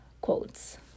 quotes